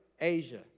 Asia